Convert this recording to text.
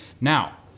Now